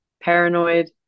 Paranoid